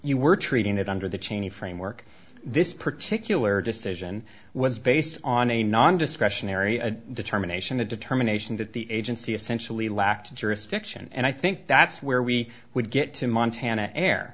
you were treating it under the cheney framework this particular decision was based on a non discretionary of determination a determination that the agency essentially lacked jurisdiction and i think that's where we would get to montana air